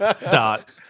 Dot